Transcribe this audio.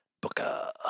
Booker